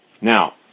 Now